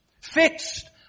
fixed